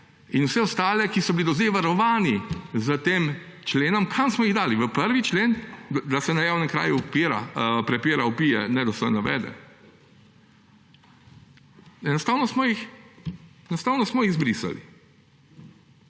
in vse ostale, ki so bili do zdaj varovani s tem členom. Kam smo jih dali? V 1. člen, da se na javnem kraju prepira, vpije, nedostojno vede? Enostavno smo jih izbrisali.